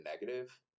negative